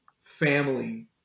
family